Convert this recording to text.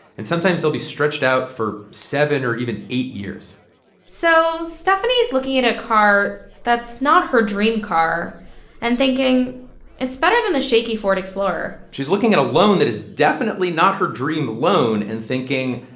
and sometimes they'll be stretched out for seven or even eight years so stephanie's looking at a car that's not her dream car and thinking it's better than the shaky ford explorer she's looking at a loan that is definitely not her dream loan and thinking,